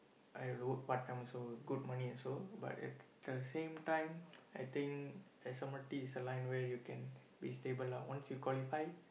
I work part-time also good money also but at the same time I think S_M_R_T is a line where you can be stable lah once you qualify